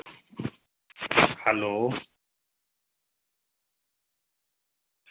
hello